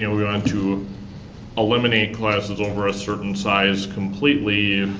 you know we wanted to eliminate classes over a certain size completely,